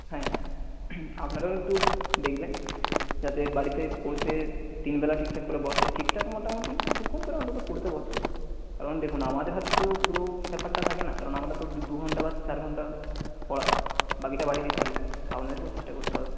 হ্যাঁ হ্যাঁ আপনারাও একটু দেখবেন যাতে বাড়িতে পড়তে তিন বেলা ঠিকঠাক করে বসে ঠিকঠাক মোটামুটি কিছুক্ষণ করে অন্তত পড়তে বসে কারণ দেখুন আমাদের হাতে তো পুরো ব্যাপারটা থাকে না কারণ আমরা তো দু ঘণ্টা বা চার ঘণ্টা পড়াই বাকিটা বাড়িতেই থাকে তো আপনাদেরকেও চেষ্টা করতে হবে